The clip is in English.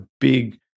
big